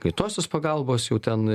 greitosios pagalbos jau ten